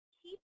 keep